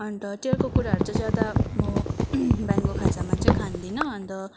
अन्त तेलको कुराहरू चाहिँ ज्यादा म बिहानको खाजामा चाहिँ खाँदिनँ अन्त